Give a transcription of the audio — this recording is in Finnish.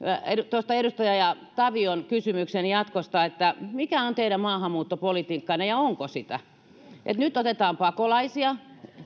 tuosta edustaja tavion kysymyksen jatkosta mikä on teidän maahanmuuttopolitiikkanne ja onko sitä nyt otetaan pakolaisia